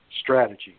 strategy